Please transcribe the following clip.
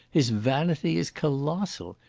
his vanity is colossal.